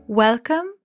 Welcome